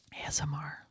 ASMR